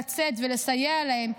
לצאת ולסייע להן,